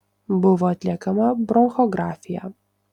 buvo atliekama bronchografija